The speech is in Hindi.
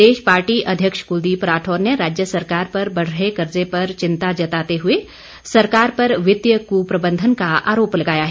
प्रदेश पार्टी अध्यक्ष कुलदीप राठौर ने राज्य सरकार पर बढ़ रहे कर्जे पर चिंता जताते हुए सरकार पर वित्तीय कुप्रबंधन का आरोप लगाया है